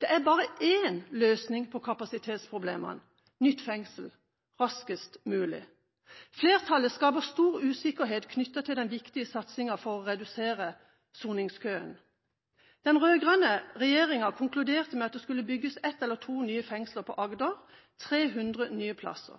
Det er bare én løsning på kapasitetsproblemene: nytt fengsel – raskest mulig. Flertallet skaper stor usikkerhet knyttet til den viktige satsingen for å redusere soningskøen. Den rød-grønne regjeringen konkluderte med at det skulle bygges ett eller to nye fengsler i Agder – 300 nye plasser.